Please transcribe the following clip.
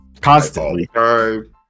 constantly